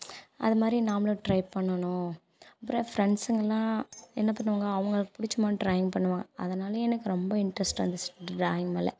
அதை மாதிரி நாமளும் ட்ரை பண்ணனும் அப்புறம் என் ஃப்ரெண்ட்ஸுங்களாம் என்ன பண்ணுவாங்க அவங்களுக்கு பிடிச்ச மாதிரி ட்ராயிங் பண்ணுவாங்க அதனால் எனக்கு ரொம்ப இன்ட்ரெஸ்ட் வந்துச்சு ட்ராயிங் மேல்